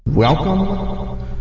Welcome